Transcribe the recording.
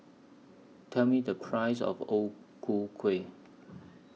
Tell Me The Price of O Ku Kueh